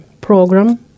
program